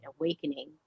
awakening